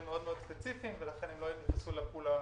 מאוד ספציפיים ולכן הם לא נכנסו לפול הרחב.